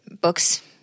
books